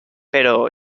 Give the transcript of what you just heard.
pero